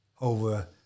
over